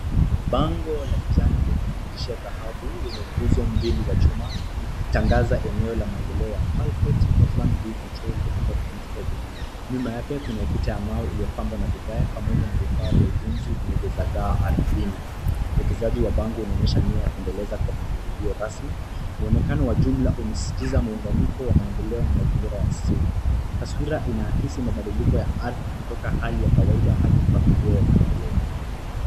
Bango la kijani lenye maandishi ya dhahabu lenye nguzo mbili za chuma, likitangaza eneo la maendeleo ya Pearl Court Northlands View Controlled Development Area. Nyuma yake kuna ukuta ya mawe iliyopambwa na vigae pamoja na vifaa vya ujenzi vimezagaa ardhini. Uwekezaji wa bango unaonyesha nia ya kuendeleza kwa mpangilio rasmi. Muonekano wa jumla umesisitiza muunganyiko wa maendeleo na mazingira ya asili. Taswira inaakisi mabadiliko ya ardhi kutoka hali ya kawaida hadi mpangilio wa maendeleo.